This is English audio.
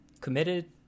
committed